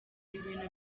ibintu